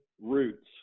roots